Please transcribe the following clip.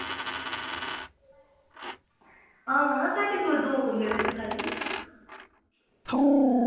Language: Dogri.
हां साढ़े कोल दो कमरे पेदे खाल्ली